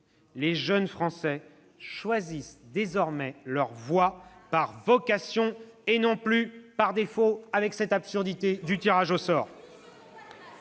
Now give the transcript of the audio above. les jeunes Français choisissent désormais leur voie par vocation, non plus par défaut », avec la fin de cette absurdité du tirage au sort.